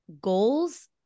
goals